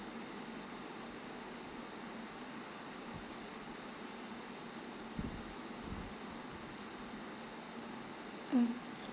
mm